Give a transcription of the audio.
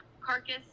carcass